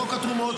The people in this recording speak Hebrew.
התרומות,